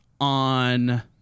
on